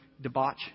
debauch